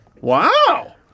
Wow